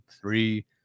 three